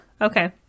Okay